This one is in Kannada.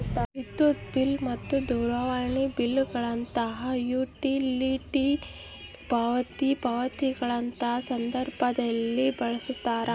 ವಿದ್ಯುತ್ ಬಿಲ್ ಮತ್ತು ದೂರವಾಣಿ ಬಿಲ್ ಗಳಂತಹ ಯುಟಿಲಿಟಿ ಪಾವತಿ ಪಾವತಿಗಳಂತಹ ಸಂದರ್ಭದಲ್ಲಿ ಬಳಸ್ತಾರ